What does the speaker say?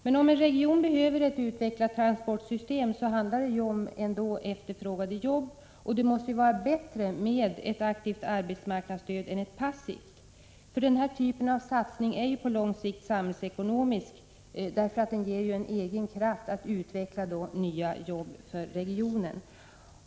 Men om en region behöver ett utvecklat transportsystem, handlar det ändå om efterfrågan på jobb, och det måste ju vara bättre med ett aktivt arbetsmarknadsstöd än ett passivt. Den här typen av satsning är på lång sikt samhällsekonomisk — den ger en egen kraft att utveckla nya jobb för regionen.